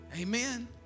amen